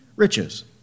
riches